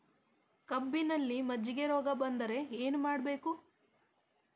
ಕಬ್ಬಿನಲ್ಲಿ ಮಜ್ಜಿಗೆ ರೋಗ ಬಂದರೆ ಏನು ಮಾಡಬೇಕು?